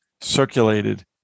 circulated